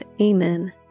Amen